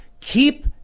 keep